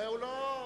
בבקשה, אדוני.